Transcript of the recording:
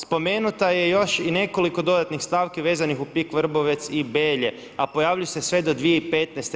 Spomenuta je još i nekoliko dodatnih stavki vezanih uz Pik Vrbovec i Belje, a pojavljuju se sve do 2015.